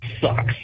sucks